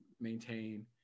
maintain